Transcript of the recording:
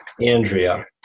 Andrea